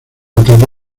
ataque